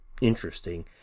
interesting